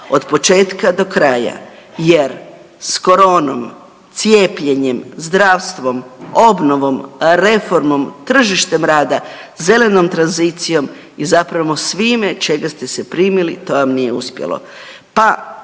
od početka do kraja jer s koronom, cijepljenjem, zdravstvom, obnovom, reformom, tržištem rada, zelenom tranzicijom i zapravo svime čega ste se primili to vam nije uspjelo